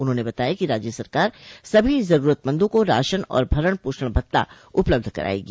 उन्होंने बताया कि राज्य सरकार सभी जरूरतमंदों को राशन और भरण पोषण भत्ता उपलब्ध करायेगी